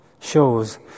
shows